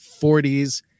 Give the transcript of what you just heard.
40s